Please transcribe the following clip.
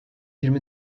yirmi